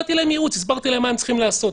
נתתי להם ייעוץ, הסברתי להם מה הם צריכים לעשות.